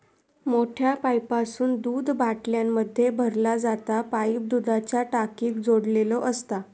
मोठ्या पाईपासून दूध बाटल्यांमध्ये भरला जाता पाईप दुधाच्या टाकीक जोडलेलो असता